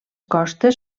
costes